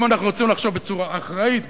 אם אנחנו רוצים לחשוב בצורה אחראית באמת,